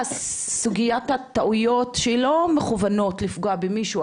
חושבת שסוגיית הטעויות שהיא לא מכוונות לפגוע במישהו,